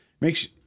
makes